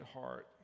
heart